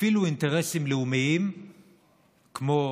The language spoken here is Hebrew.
אפילו אינטרסים לאומיים כמו